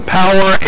power